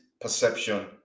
Perception